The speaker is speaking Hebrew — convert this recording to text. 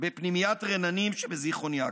בפנימיית רננים שבזיכרון יעקב,